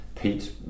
Pete